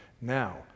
Now